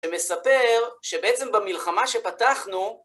ומספר שבעצם במלחמה שפתחנו,